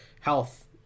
health